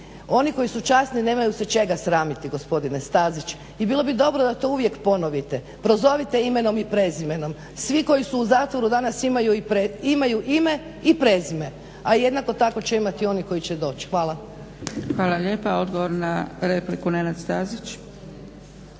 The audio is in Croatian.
oni koji su časni nemaju se čega sramiti gospodine Stazić i bilo bi dobro da to uvijek ponovite. Prozovite imenom i prezimenom. Svi koji su u zatvoru su danas imaju ime i prezime a jednako tako će imati i oni koji će doć. Hvala. **Zgrebec, Dragica (SDP)** Hvala lijepa. Odgovor na repliku, Nenad Stazić.